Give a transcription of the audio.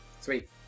sweet